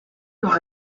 dont